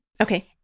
Okay